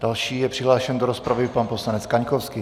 Další je přihlášen do rozpravy pan poslanec Kaňkovský.